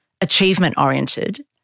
achievement-oriented